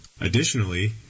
Additionally